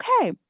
okay